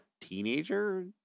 teenager